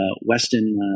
Weston